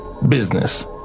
business